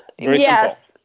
yes